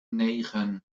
negen